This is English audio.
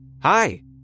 Hi